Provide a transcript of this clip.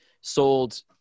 sold